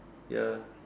ya